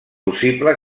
possible